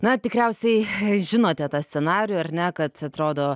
na tikriausiai žinote tą scenarijų ar ne kad atrodo